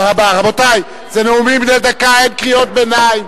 רבותי, זה נאומים בני דקה, אין קריאות ביניים.